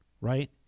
right